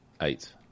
eight